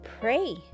Pray